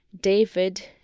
David